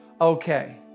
okay